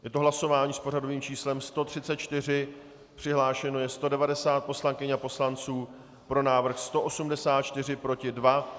Je to hlasování s pořadovým číslem 134, přihlášeno je 190 poslankyň a poslanců, pro návrh 184, proti 2.